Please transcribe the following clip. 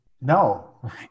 No